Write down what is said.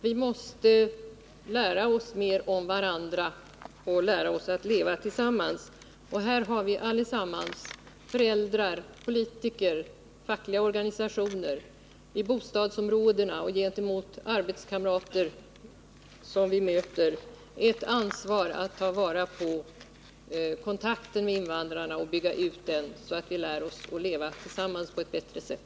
Vi måste lära oss mer om varandra och lära oss att leva tillsammans. Här har vi alla — föräldrar, politiker, människor i de fackliga organisationerna och i bostadsområdena samt arbetskamrater — ett ansvar att ta till vara kontakten med invandrarna och bygga ut den, så att vi lär oss att leva tillsammans på ett bättre sätt.